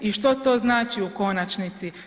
I što to znači u konačnici?